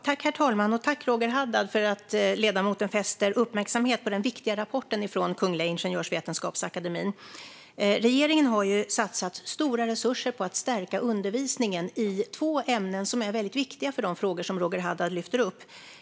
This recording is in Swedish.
Herr talman! Tack, Roger Haddad, för att ledamoten fäster uppmärksamhet på den viktiga rapporten från Kungliga Ingenjörsvetenskapsakademien! Regeringen har satsat stora resurser på att stärka undervisningen i två ämnen som är väldigt viktiga för de frågor som Roger Haddad lyfter upp.